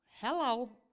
hello